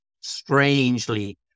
strangely